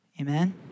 Amen